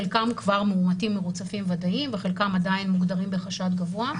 חלקם כבר מאומתים ומרוצפים ודאיים וחלקם עדיין מוגדרים בחשד גבוה.